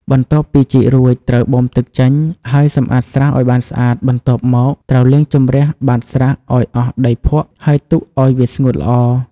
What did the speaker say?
បន្ទាប់ពីជីករួច ត្រូវបូមទឹកចេញ ហើយសម្អាតស្រះឲ្យបានស្អាត បន្ទាប់មកត្រូវលាងជម្រះបាតស្រះឲ្យអស់ដីភក់ ហើយទុកឲ្យវាស្ងួតល្អ។